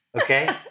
okay